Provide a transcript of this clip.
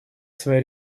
своей